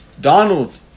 Donald